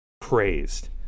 praised